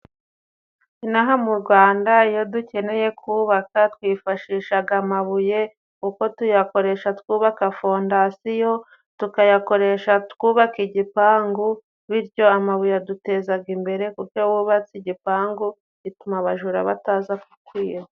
Inaha mu Rwanda iyo dukeneye kubaka twifashishaga amabuye uko tuyakoresha twubaka fondasiyo tukayakoresha twubaka igipangu bityo amabuye yadutezaga imbere kuko iyo wubatse igipangu gituma abajura bataza kwiba.